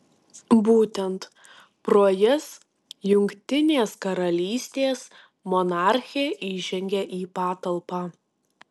būtent pro jas jungtinės karalystės monarchė įžengia į patalpą